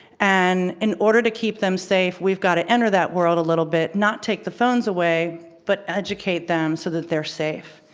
and in order to keep them safe, we've got to enter that world a little bit. not take the phones away, but educate them so that they're safe.